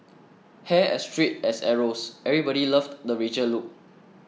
hair as straight as arrows everybody loved the Rachel look